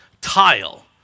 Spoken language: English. tile